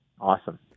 Awesome